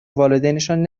والدینشان